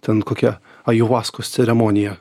ten kokia ajuvaskos ceremonija